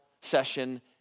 session